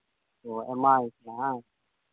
ᱚ ᱮᱢ ᱟᱭ ᱵᱟᱝ